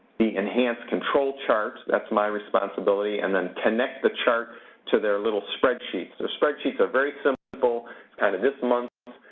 the enhanced control charts. that's my responsibility, and then connect the charts to their little spreadsheets. the spreadsheets are very simple, got kind of this months,